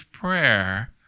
prayer